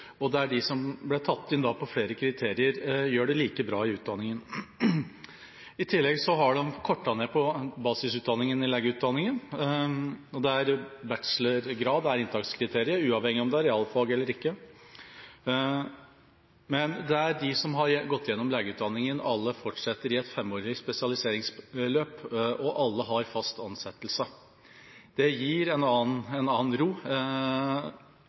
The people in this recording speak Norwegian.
flere kriterier, gjør det like bra i utdanningen. I tillegg har de kortet ned på basisutdanningen i legeutdanningen, og bachelorgrad er inntakskriteriet, uavhengig av om det er realfag eller ikke. Men alle de som har gått igjennom legeutdanningen, fortsetter i et femårig spesialiseringsløp, og alle har fast ansettelse. Det gir en annen